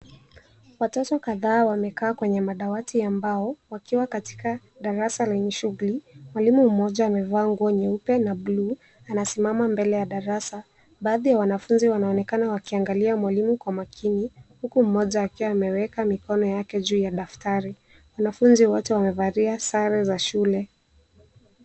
Watoto kadhaa wamekaa kwenye madawati ya mbao wakiwa katika darasa lenye shughuli. Mwalimu mmoja amevaa nguo nyeupe na bluu, anasimama mbele ya darasa. Baadhi ya wanafunzi wanonekana wakiangalia mwalimu kwa makini huku mmoja akiwa ameweka mikono yake juu ya daftari. Wanafunzi wote wamevalia sare za shule.